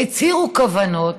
הצהירו כוונות,